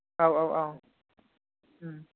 औ औ औ